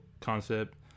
concept